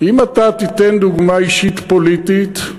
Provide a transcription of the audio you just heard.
אם אתה תיתן דוגמה אישית פוליטית,